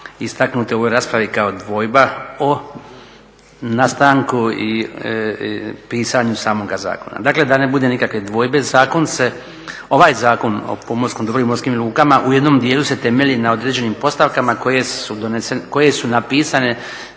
istaknute u ovoj raspravi kao dvojba o nastanku i pisanju samoga zakona. Dakle, da ne bude nikakve dvojbe ovaj Zakon o pomorskom dobru i morskim lukama u jednom dijelu se temelji na određenim postavkama koje su napisane